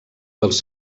dels